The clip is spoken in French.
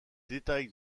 détails